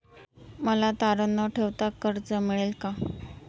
मला तारण न ठेवता कर्ज मिळेल का?